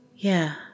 Yeah